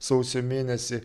sausio mėnesį